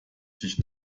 sich